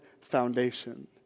foundation